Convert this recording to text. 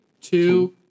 two